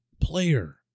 player